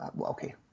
okay